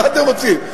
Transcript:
מה אתם רוצים?